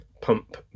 pump